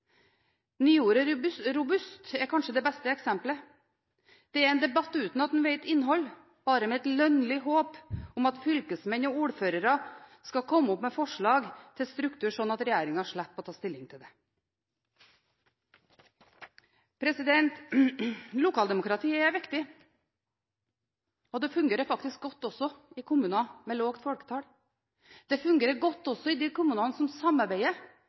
er kanskje det beste eksempelet. Det er en debatt uten at en vet innholdet, bare med et lønnlig håp om at fylkesmenn og ordførere skal komme opp med forslag til struktur slik at regjeringen slipper å ta stilling til det. Lokaldemokratiet er viktig, og det fungerer faktisk godt også i kommuner med lavt folketall. Det fungerer godt også i de kommunene som samarbeider,